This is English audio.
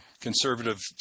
conservative